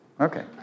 Okay